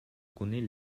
connaît